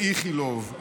באיכילוב.